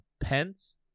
pence